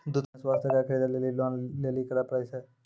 दूध के बिज़नेस वास्ते गाय खरीदे लेली लोन लेली की करे पड़ै छै?